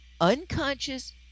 unconscious